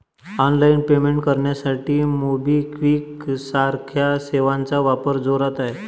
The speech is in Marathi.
ऑनलाइन पेमेंट करण्यासाठी मोबिक्विक सारख्या सेवांचा वापर जोरात आहे